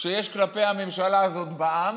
שיש כלפי הממשלה הזאת בעם